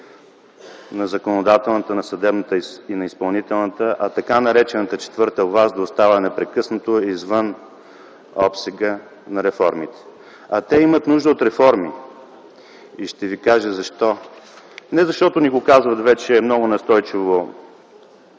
на законодателната, на съдебната и на изпълнителната, а така наречената четвърта власт да остава непрекъснато извън обсега на реформите. А тя има нужда от реформи. Ще ви кажа защо. Не защото вече много настойчиво